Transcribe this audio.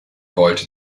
wollte